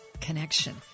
connection